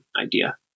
idea